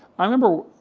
i remember,